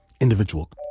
individual